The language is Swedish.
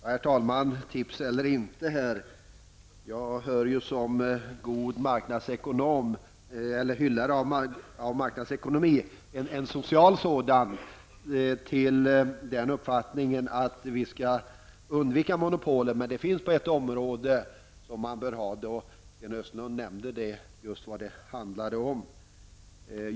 Herr talman! Tips eller inte, men som den gode sociala hyllare av marknadsekonomin som jag är har jag uppfattningen att vi skall undvika monopol. Men på ett område behövs det monopol. Sten Östlund nämnde vad det handlar om.